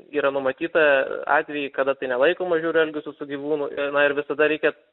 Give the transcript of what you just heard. yra numatyta atvejai kada tai nelaikoma žiauriu elgesiu su gyvūnu ir na ir visada reikia